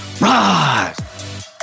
rise